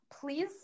please